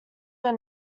were